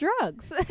drugs